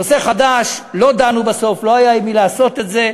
נושא חדש, לא דנו בסוף, לא היה עם מי לעשות את זה.